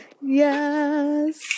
Yes